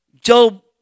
Job